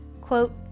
Quote